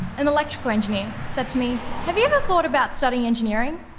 an electrical engineer, said to me, have you ever thought about studying engineering?